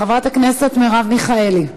חברת הכנסת מרב מיכאלי,